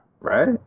Right